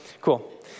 Cool